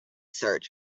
search